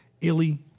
Illy